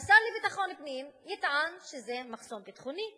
השר לביטחון פנים יטען שזה מחסום ביטחוני,